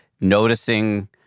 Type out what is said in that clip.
noticing